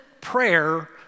prayer